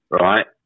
right